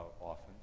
often